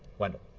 wendell.